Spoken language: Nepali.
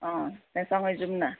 अँ त्यहाँदेखि सँगै जाउँ न